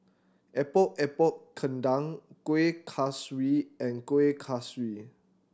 Epok Epok Kentang Kuih Kaswi and Kueh Kaswi